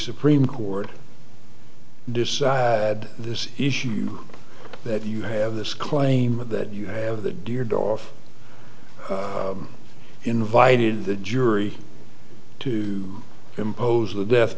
supreme court decide this issue that you have this claim that you have that deer doff invited the jury to impose the death